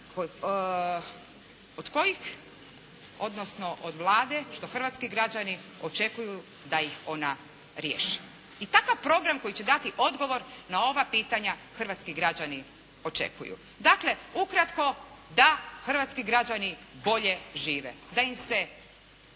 od kojih, odnosno od Vlade što hrvatski građani očekuju da ih ona riješi. I takav program koji će dati odgovor na ova pitanja hrvatski građani očekuju. Dakle ukratko, da hrvatski građani bolje žive, da im se